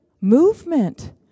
Movement